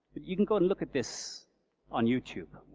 you can go and look at this on youtube.